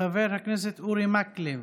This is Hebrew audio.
חבר הכנסת אורי מקלב,